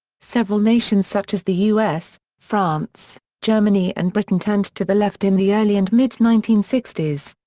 several nations such as the u s, france, germany and britain turned to the left in the early and mid nineteen sixty s.